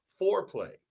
foreplay